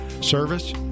service